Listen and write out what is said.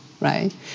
right